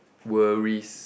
worries